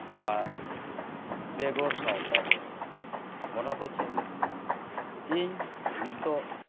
ᱟᱨ ᱵᱮᱜᱚᱨ ᱥᱟᱶᱛᱟ ᱨᱮᱭᱟᱜ ᱦᱚᱸ ᱚᱱᱟᱫᱚ ᱪᱮᱫ ᱞᱮᱠᱟ ᱤᱧ ᱱᱤᱛᱳᱜ